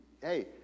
Hey